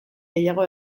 gehiago